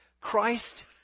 Christ